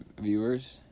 viewers